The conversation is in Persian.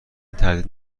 تردید